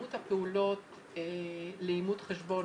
כמות הפעולות לאימות חשבון,